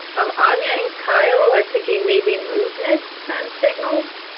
um anya and kyle are thinking maybe movements send signals.